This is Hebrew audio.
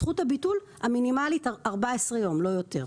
זכות הביטול המינימלית היא 14 יום, לא יותר.